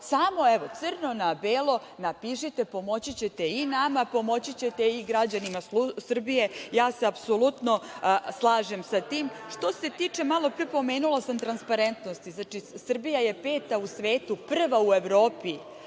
samo crno na belo, napišite, pomoći ćete i nama, pomoći ćete i građanima Srbije. Apsolutno se slažem sa tim. Što se tiče, malo pre sam pomenula transparentnost, znači, Srbija je peta u svetu, prva u Evropi